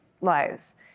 lives